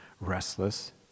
restless